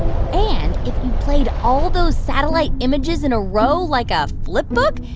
and if you played all those satellite images in a row like a flip book,